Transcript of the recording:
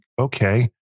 okay